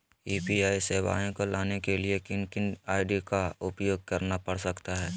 UPI सेवाएं को लाने के लिए किन किन आई.डी का उपयोग करना पड़ सकता है?